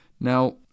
Now